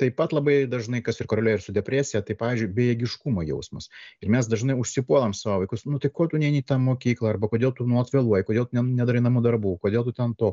taip pat labai dažnai kas ir koreliuoja ir su depresija tai pavyzdžiui bejėgiškumo jausmas ir mes dažnai užsipuolam savo vaikus nu tai ko tu neini į mokyklą arba kodėl tu nuolat vėluoji kodėl tu nedarai namų darbų kodėl tu ten to